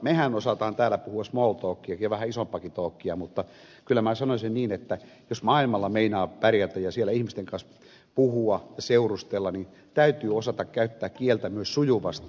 mehän osaamme täällä puhua small talkia ja vähän isompaakin talkia mutta kyllä minä sanoisin niin että jos maailmalla meinaa pärjätä ja siellä ihmisten kanssa puhua seurustella niin täytyy osata käyttää kieltä myös sujuvasti